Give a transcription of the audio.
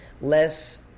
less